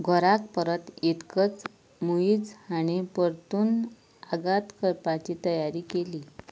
घोराक परत येतकच मुईज हांणी परतून आगात करपाची तयारी केली